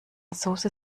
soße